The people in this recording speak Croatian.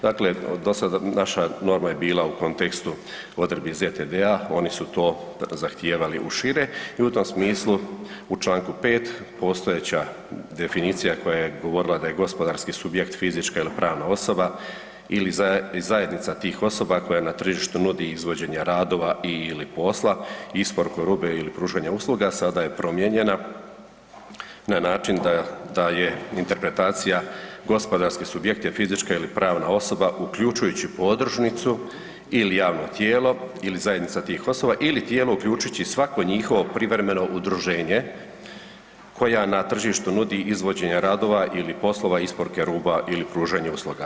Dakle, do sada, naša norma je bila u kontekstu odredbi ZTD-a, oni su to zahtijevali u šire i u tom smislu u čl. 5 postojeća definicija koja je govorila da je gospodarski subjekt fizička ili pravna osoba ili zajednica tih osoba koja na tržištu nudi izvođenje radova ili posla, isporuku robe ili pružanja usluga, sada je promijenjena na način da je interpretacija-gospodarski subjekt je fizička ili pravna osoba, uključujući podružnicu ili javno tijelo ili zajednica tih osoba ili tijelo, uključujući svako njihovo privremeno udruženje koja na tržištu nudi izvođenje radova ili poslova, isporuku roba ili pružanje usluga.